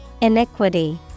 Iniquity